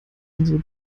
unsere